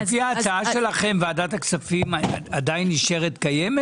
לפי ההצעה שלכם ועדת הכספים עדיין נשארת קיימת?